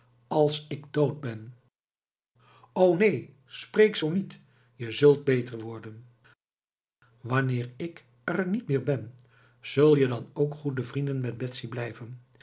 als ik dood ben o neen spreek zoo niet je zult beter worden wanneer ik er niet meer ben zul je dan ook goede vrienden met